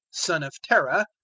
son of terah,